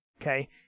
okay